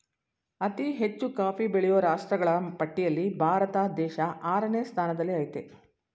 ಅತಿ ಹೆಚ್ಚು ಕಾಫಿ ಬೆಳೆಯೋ ರಾಷ್ಟ್ರಗಳ ಪಟ್ಟಿಲ್ಲಿ ಭಾರತ ದೇಶ ಆರನೇ ಸ್ಥಾನದಲ್ಲಿಆಯ್ತೆ